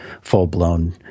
full-blown